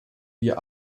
wir